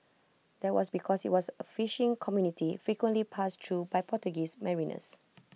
that was because IT was A fishing community frequently passed through by Portuguese mariners